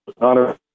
honor